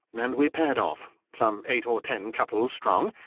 and we paired off, some eight or ten couples strong,